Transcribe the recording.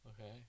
Okay